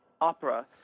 opera